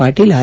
Patil R